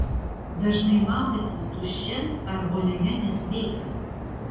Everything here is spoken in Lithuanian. dažnai maudytis duše ar vonioje nesveika